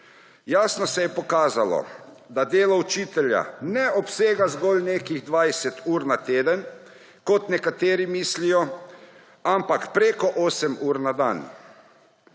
Jasno se je pokazalo, da delo učitelja ne obsega zgolj nekih 20 ur na teden, kot nekateri mislijo, ampak preko osem ur na dan.